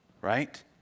right